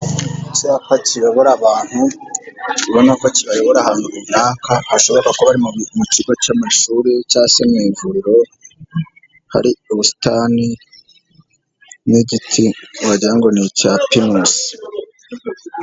Icyapa kiyobora abantu, ubona ko kibayobora ahantu runaka, hashoboka kuba ari mu kigo cy'amashuri cyangwa se mu ivuriro, hari ubusitani n'igiti wagira ngo ni icya pinusi.